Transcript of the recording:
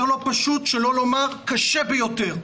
שלא לומר מצב קשה ביותר.